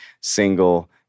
single